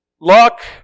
Luck